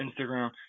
Instagram